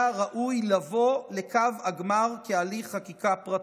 ראוי לבוא לקו הגמר כהליך חקיקה פרטי.